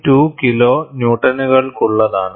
2 kilo ന്യൂട്ടണുകൾക്കുള്ളതാണ്